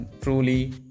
truly